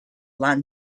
lan